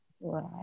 Right